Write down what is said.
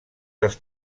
dels